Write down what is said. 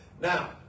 Now